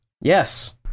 Yes